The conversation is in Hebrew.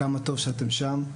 כמה טוב שאתם שם.